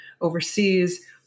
overseas